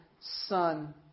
son